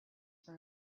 for